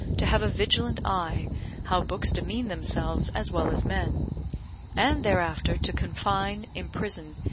to have a vigilant eye how books demean themselves as well as men and thereafter to confine, imprison,